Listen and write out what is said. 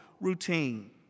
routine